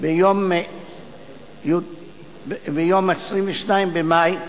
ביום 22 במאי,